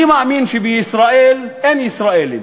אני מאמין שבישראל אין ישראלים,